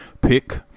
pick